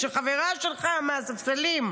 של חברה שלך מהספסלים.